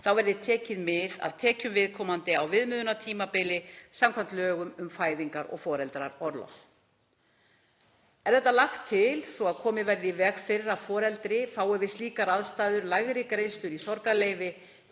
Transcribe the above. verði tekið mið af tekjum viðkomandi á viðmiðunartímabili samkvæmt lögum um fæðingar- og foreldraorlof. Er þetta lagt til svo að komið verði í veg fyrir að foreldri fái við slíkar aðstæður lægri greiðslur í sorgarleyfi